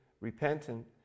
repentant